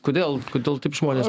kodėl kodėl taip žmonės